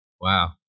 Wow